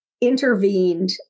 intervened